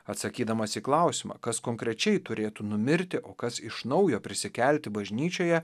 atsakydamas į klausimą kas konkrečiai turėtų numirti o kas iš naujo prisikelti bažnyčioje